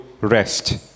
rest